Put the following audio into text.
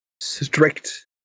strict